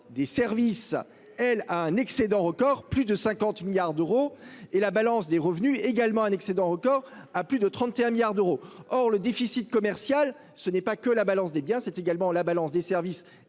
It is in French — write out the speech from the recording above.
enregistré un excédent record de plus de 50 milliards d'euros, tout comme la balance des revenus, avec un excédent de plus de 31 milliards d'euros. Le déficit commercial, ce n'est pas que la balance des biens, c'est également la balance des services